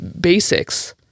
basics